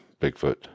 Bigfoot